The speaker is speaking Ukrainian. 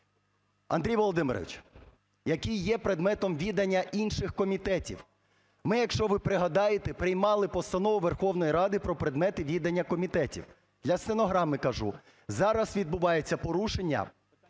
Андрій Володимирович! Які є предметом відання інших комітетів. Ми, якщо ви пригадаєте, приймали Постанову Верховної Ради про предмети відання комітетів. Для стенограми кажу: зараз відбувається порушення